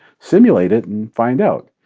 simulate it and find out.